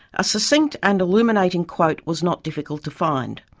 a succinct and illuminating quote was not difficult to find.